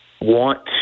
want